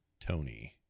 Tony